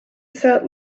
sat